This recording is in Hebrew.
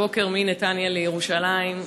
הבוקר מנתניה לירושלים.